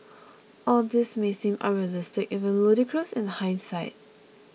all this may seem unrealistic even ludicrous in hindsight